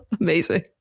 amazing